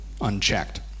unchecked